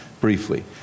briefly